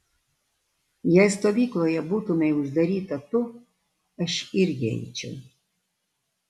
jei stovykloje būtumei uždaryta tu aš irgi eičiau